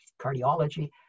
cardiology